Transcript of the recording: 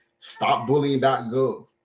StopBullying.gov